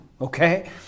okay